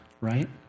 right